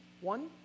one